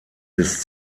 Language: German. bis